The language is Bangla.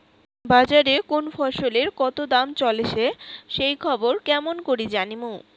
বাজারে কুন ফসলের কতো দাম চলেসে সেই খবর কেমন করি জানীমু?